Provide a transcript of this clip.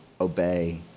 obey